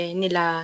nila